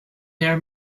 their